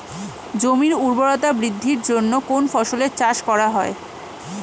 জমির উর্বরতা বৃদ্ধির জন্য কোন ফসলের চাষ করা হয়?